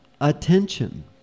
attention